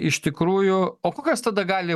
iš tikrųjų o kokios tada gali